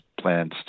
plans